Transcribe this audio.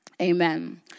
Amen